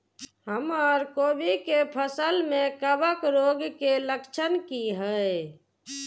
हमर कोबी के फसल में कवक रोग के लक्षण की हय?